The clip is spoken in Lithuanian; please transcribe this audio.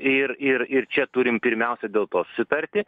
ir ir ir čia turim pirmiausia dėl to susitarti